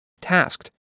tasked